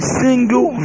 single